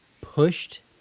pushed